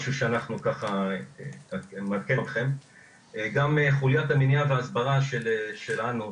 גם חוליית המניעה וההסברה שלנו,